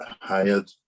hired